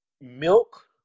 Milk